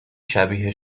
شبیه